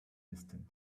distant